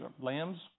lambs